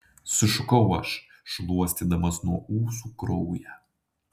sušukau aš šluostydamas nuo ūsų kraują